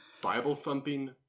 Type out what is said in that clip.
Bible-thumping